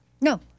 No